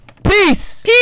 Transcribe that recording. Peace